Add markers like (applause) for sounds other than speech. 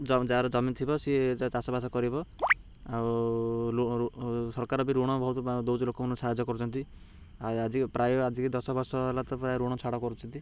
ଯାହାର ଜମି ଥିବ ସିଏ ଚାଷବାସ କରିବ ଆଉ (unintelligible) ସରକାର ବି ଋଣ ବହୁତ ଦଉଛି ଲୋକମାନଙ୍କୁ ସାହାଯ୍ୟ କରୁଛନ୍ତି ଆଉ ଆଜି ପ୍ରାୟ ଆଜିକି ଦଶ ବର୍ଷ ହେଲା ତ ପ୍ରାୟ ଋଣ ଛାଡ଼ କରୁଛନ୍ତି